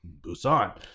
Busan